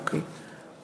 אוקיי?